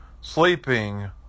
sleeping